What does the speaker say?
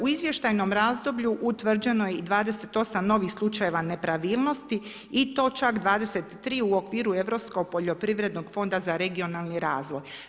U izvještajnom razdoblju utvrđeno je i 28 novih slučajeva nepravilnosti i to čak 23 u okviru Europskog poljoprivrednog fonda za regionalni razvoj.